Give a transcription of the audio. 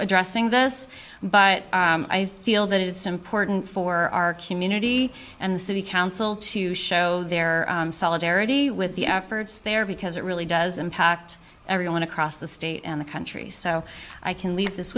addressing this but i feel that it's important for our community and the city council to show their solidarity with the efforts there because it really does impact everyone across the state and the country so i can leave this